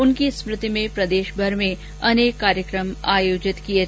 उनकी स्मृति में प्रदेशभर में अनेक कार्यक्रम आयोजित किए जा रहे हैं